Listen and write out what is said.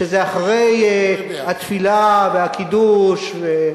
אחרי התפילה והקידוש.